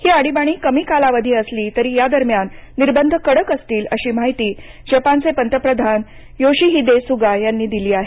ही आणीबाणी कमी कालावधीसाठी असली तरी या दरम्यान निर्बंध कडक असतील अशी माहिती जपानचे पंतप्रधान योशिहीदे सुगा यांनी दिली आहे